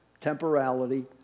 temporality